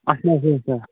اَسہِ نہٕ